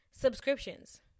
subscriptions